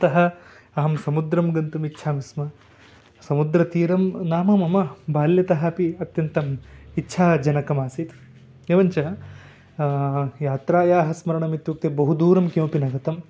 अतः अहं समुद्रं गन्तुम् इच्छामि स्म समुद्रतीरं नाम मम बाल्यतः अपि अत्यन्तम् इच्छा जनकमासीत् एवञ्च यात्रायाः स्मरणम् इत्युक्ते बहुदूरं किमपि न गतं